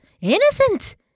Innocent